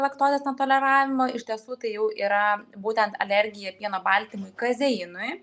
laktozės netoleravimo iš tiesų tai jau yra būtent alergija pieno baltymui kazeinui